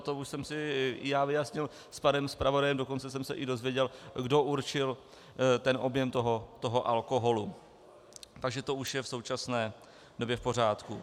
To už jsem si i já vyjasnil s panem zpravodajem, dokonce jsem se i dozvěděl, kdo určil objem toho alkoholu, takže to už je v současné době v pořádku.